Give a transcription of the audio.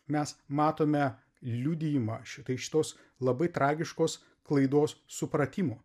mes matome liudijimą šitai šitos labai tragiškos klaidos supratimo